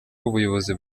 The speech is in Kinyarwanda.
ubuyobozi